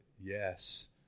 yes